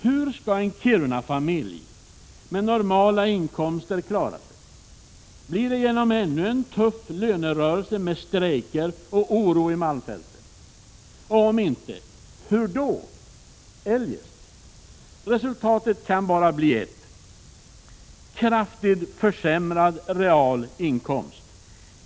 Hur skall en Kirunafamilj med normala inkomster klara sig? Blir det genom ännu en tuff lönerörelse med strejker och oro i malmfälten? Och om inte, hur blir det då? Resultatet kan bara bli ett: kraftigt försämrad realinkomst.